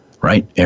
right